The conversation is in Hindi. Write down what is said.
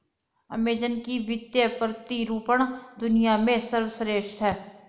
अमेज़न का वित्तीय प्रतिरूपण दुनिया में सर्वश्रेष्ठ है